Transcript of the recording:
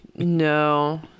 No